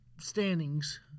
Standings